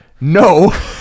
No